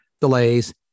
delays